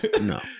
No